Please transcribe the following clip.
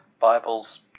Bibles